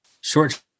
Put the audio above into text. Short